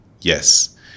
Yes